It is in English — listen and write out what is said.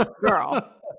girl